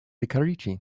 karachi